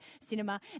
cinema